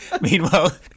Meanwhile